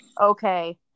okay